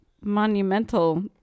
monumental